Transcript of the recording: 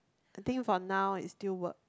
I think from now is do what